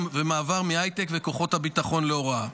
ומעבר מהייטק ומכוחות הביטחון להוראה.